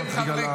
עולים חברי